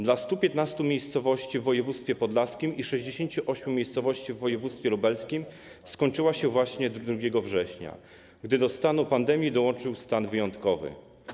Dla 115 miejscowości w województwie podlaskim i 68 miejscowości w województwie lubelskim skończyła się ona właśnie 2 września, gdy do stanu pandemii dołączył stan wyjątkowy.